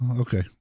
okay